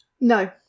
No